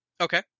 Okay